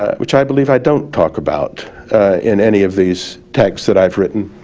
ah which i believe i don't talk about in any of these texts that i've written